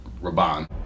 Raban